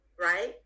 right